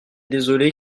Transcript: désolé